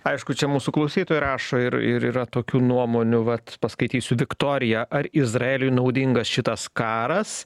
aišku čia mūsų klausytojai rašo ir ir yra tokių nuomonių vat paskaitysiu viktorija ar izraeliui naudingas šitas karas